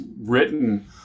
written